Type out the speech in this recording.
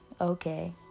Okay